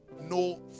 No